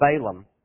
Balaam